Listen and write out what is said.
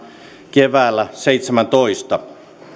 keväällä seitsemäntoista